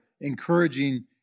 encouraging